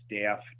staff